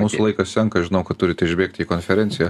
mūsų laikas senka žinau kad turite išbėgti į konferenciją